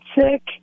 sick